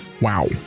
Wow